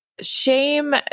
shame